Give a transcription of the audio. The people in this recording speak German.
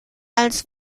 als